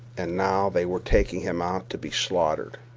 and now they were taking him out to be slaughtered.